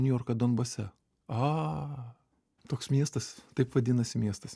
niujorką donbase a toks miestas taip vadinasi miestas